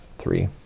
three,